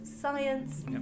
science